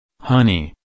Honey